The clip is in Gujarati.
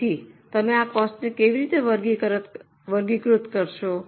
તેથી તમે આ કોસ્ટને કેવી રીતે વર્ગીકૃત કરશો